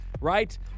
right